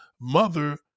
mother